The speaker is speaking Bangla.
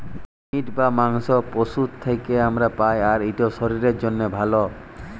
মিট বা মাংস পশুর থ্যাকে আমরা পাই, আর ইট শরীরের জ্যনহে ভাল